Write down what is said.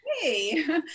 Hey